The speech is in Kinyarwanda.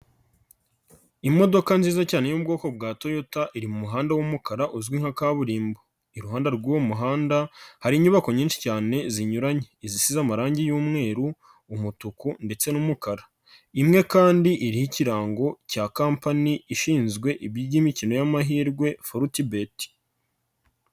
Imodoka nziza cyane yo mu bwoko bwa Toyota iri mu muhanda w'umukara uzwi nka kaburimbo, iruhande rw'uwo muhanda hari inyubako nyinshi cyane zinyuranye, izisize amarangi y'umweru, umutuku ndetse n'umukara, imwe kandi iriho ikirango cya kampani ishinzwe iby'imikino y'amahirwe Foruti beti.